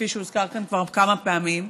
כפי שהוזכר כאן כבר כמה פעמים.